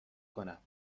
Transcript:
کنم